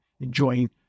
enjoying